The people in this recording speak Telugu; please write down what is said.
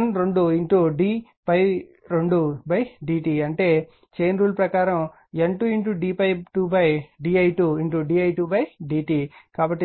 N 2d ∅2dt అంటే చైన్ రూల్ ప్రకారం N 2d ∅2d i 2d i 2dt కాబట్టి ఇది L 2d i 2dt